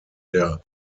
der